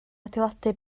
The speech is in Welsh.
adeiladu